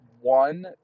one